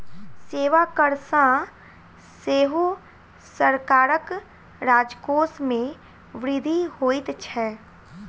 सेवा कर सॅ सेहो सरकारक राजकोष मे वृद्धि होइत छै